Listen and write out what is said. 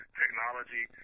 technology